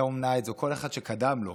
תום ניידס או כל אחד שקדם לו,